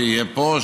שיהיה פה,